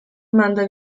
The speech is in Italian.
manda